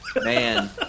Man